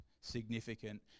significant